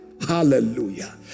Hallelujah